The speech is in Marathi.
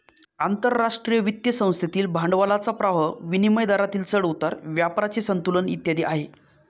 आंतरराष्ट्रीय वित्त संस्थेतील भांडवलाचा प्रवाह, विनिमय दरातील चढ उतार, व्यापाराचे संतुलन इत्यादी आहे